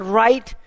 right